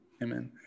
Amen